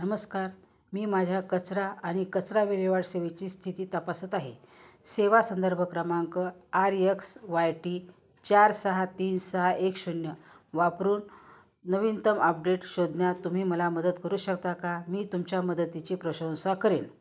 नमस्कार मी माझ्या कचरा आणि कचरा विल्हेवाट सेवेची स्थिती तपासत आहे सेवा संदर्भ क्रमांक आर यक्स वाय टी चार सहा तीन सहा एक शून्य वापरून नवीनतम अपडेट शोधण्यात तुम्ही मला मदत करू शकता का मी तुमच्या मदतीची प्रशंसा करेन